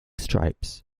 stripes